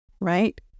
right